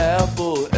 apple